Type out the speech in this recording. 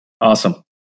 awesome